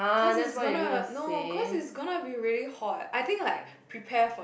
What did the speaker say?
cause it's gonna no cause it's gonna be really hot I think like prepare for